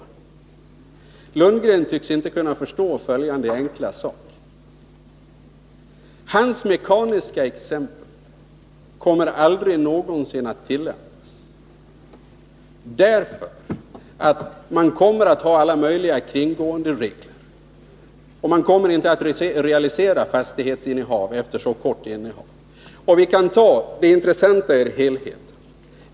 Bo Lundgren tycks inte kunna förstå följande enkla sak: Hans mekaniska exempel kommer aldrig någonsin att tillämpas, därför att man kommer att ha alla möjliga kringgående regler. Man kommer inte att realisera fastigheter efter så kort innehav.